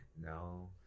no